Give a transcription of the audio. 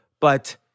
but-